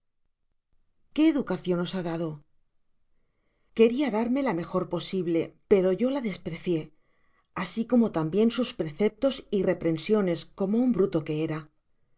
qué educacion os ha dado queria darme la mejor posible pero yo la desprecié asi como tambien sus preceptos y reprensiones como un bruto que era